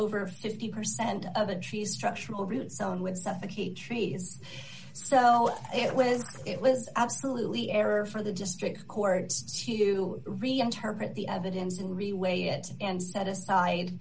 over fifty percent of and she structural root zone would suffocate trees so it was it was absolutely error for the district courts to reinterpret the evidence and reweigh it and set aside